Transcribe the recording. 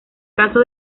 caso